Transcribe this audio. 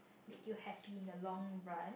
make you happy in the long run